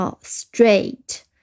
Straight